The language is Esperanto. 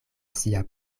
sia